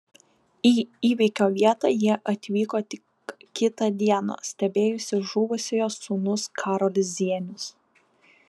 į įvykio vietą jie atvyko tik kitą dieną stebėjosi žuvusiojo sūnus karolis zienius